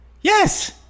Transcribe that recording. Yes